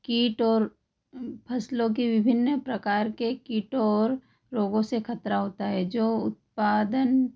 कीट और फसलों की विभिन्न प्रकार के कीटों और रोगों से खतरा होता है जो उत्पादन